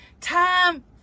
time